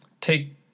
take